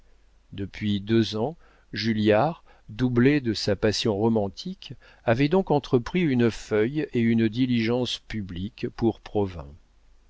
depuis deux ans julliard doublé de sa passion romantique avait donc entrepris une feuille et une diligence publiques pour